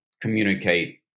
communicate